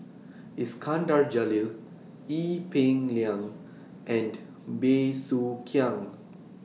Iskandar Jalil Ee Peng Liang and Bey Soo Khiang